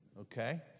Okay